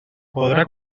podrà